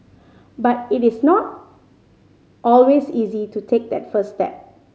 but it is not always easy to take that first step